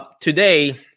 Today